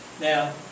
Now